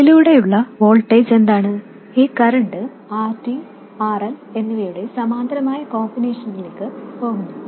ഇതിലൂടെയുള്ള voltage എന്താണ് ഈ current RD RL എന്നിവയുടെ സമാന്തരമായ കോമ്പിനേഷനിലേക്ക് പോകുന്നു